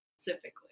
specifically